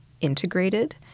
integrated